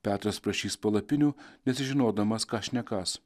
petras prašys palapinių nes žinodamas ką šnekąs